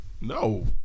No